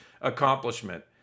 accomplishment